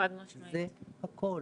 זה הכול,